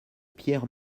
pierre